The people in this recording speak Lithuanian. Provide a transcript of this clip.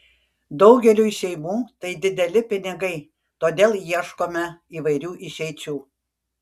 daugeliui šeimų tai dideli pinigai todėl ieškome įvairių išeičių